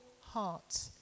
heart